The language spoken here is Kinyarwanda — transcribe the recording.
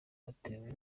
batewe